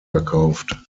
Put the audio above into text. verkauft